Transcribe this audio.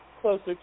closer